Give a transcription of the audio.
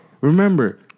Remember